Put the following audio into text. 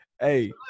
Hey